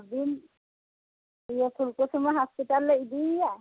ᱟᱵᱤᱱ ᱤᱭᱟᱹ ᱯᱷᱩᱞᱠᱩᱥᱢᱟᱹ ᱦᱟᱥᱯᱟᱛᱟᱞ ᱞᱮ ᱤᱫᱤᱭᱮᱭᱟ